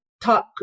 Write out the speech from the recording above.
talk